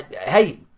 hey